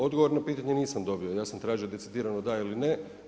Odgovor na pitanje nisam dobio, ja sam tražio decidirano da ili ne.